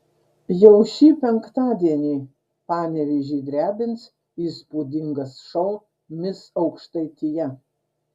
jau šį penktadienį panevėžį drebins įspūdingas šou mis aukštaitija